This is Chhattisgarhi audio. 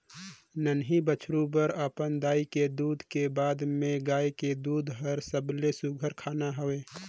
नान्हीं बछरु बर अपन दाई के दूद के बाद में गाय के दूद हर सबले सुग्घर खाना हवे